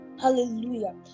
Hallelujah